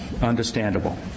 understandable